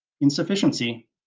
insufficiency